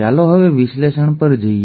ચાલો હવે વિશ્લેષણ પર જઈએ